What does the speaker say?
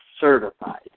certified